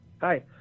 Hi